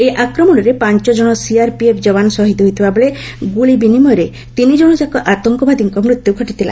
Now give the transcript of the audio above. ଏହି ଆକ୍ରମଣରେ ପାଞ୍ଚ ଜଣ ସିଆର୍ପିଏଫ୍ ଯବାନ ଶହୀଦ୍ ହୋଇଥିବାବେଳେ ଗ୍ରଳି ବିନିମୟରେ ତିନି ଜଣଯାକ ଆତଙ୍କବାଦୀଙ୍କ ମୃତ୍ୟୁ ଘଟିଥିଲା